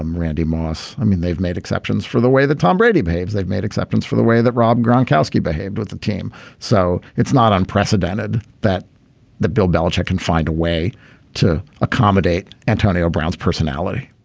um randy moss i mean they've made exceptions for the way that tom brady behaves. they've made exceptions for the way that rob gronkowski behaved with the team so it's not unprecedented that the bill belichick can find a way to accommodate antonio brown's personality